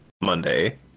Monday